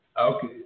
Okay